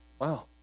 Wow